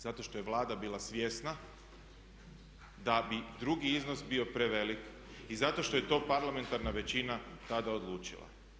Zato što je Vlada bila svjesna da bi drugi iznos bio prevelik i zato što je to parlamentarna većina tada odlučila.